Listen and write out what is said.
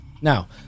Now